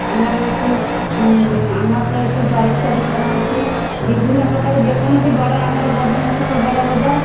ଆମର ଏଠି ଆମର ତ ଏଠି ଜଳଖିଆ ଦୋକାନ ଅଛି ବିଭିନ୍ନ ପ୍ରକାର ଯେକୌଣସି ବଡ଼ ଆମର ପଦନା ଛକ ବଡ଼ ବଜାର